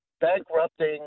bankrupting